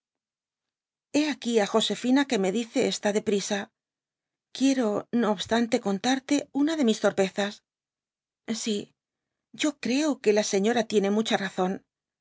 aquí á josefina que me dice está de prisa quiero no obstante contarte una de mis torpezas si yo creo que la señora tiene mucha razón